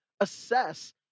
assess